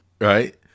right